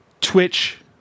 Twitch